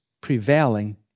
prevailing